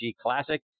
Classic